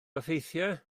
effeithiau